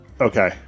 Okay